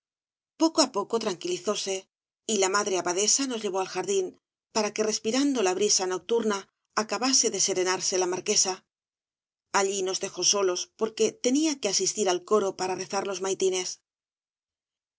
poco á poco tranquilizóse y la madre abadesa nos llevó al jardín para que respirando la brisa nocturna acabase de serenarse la marquesa allí nos dejó solos porque tenía que asistir al coro para rezar los maitines